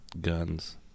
guns